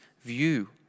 view